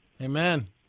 Amen